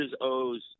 O's